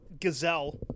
Gazelle